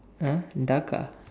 uh duck ah